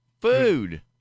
food